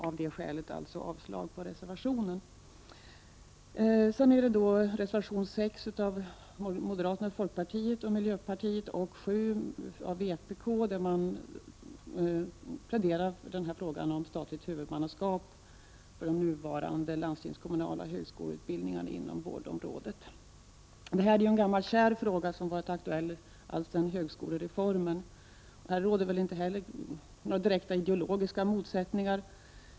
Av det skälet yrkar jag alltså avslag på reservationerna. Detta är en gammal kär fråga som varit aktuell alltsedan högskolereformen. Här råder väl inte några direkta ideologiska motsättningar heller.